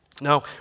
Now